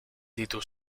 ditu